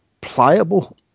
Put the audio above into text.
pliable